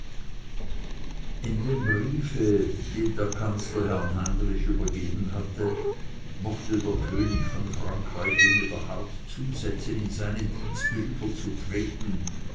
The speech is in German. in dem briefe den der kanzler herrn heinrich übergeben hatte mochte der könig von frankreich ihm wieder hart zusetzen in seine dienste überzutreten